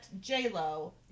J-Lo